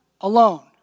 alone